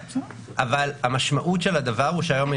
אבל המשמעות של הדבר הוא שהיום אין איזון.